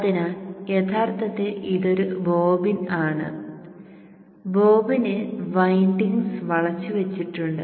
അതിനാൽ യഥാർത്ഥത്തിൽ ഇതൊരു ബോബിൻ ആണ് ബോബിനിൽ വിൻഡിങ്സ് വളച്ചുവച്ചിട്ടുണ്ട്